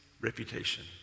reputation